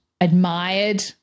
admired